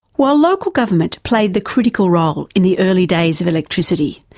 while local governments played the critical role in the early days of electricity,